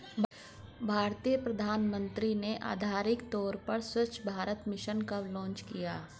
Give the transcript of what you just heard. भारतीय प्रधानमंत्री ने आधिकारिक तौर पर स्वच्छ भारत मिशन कब लॉन्च किया?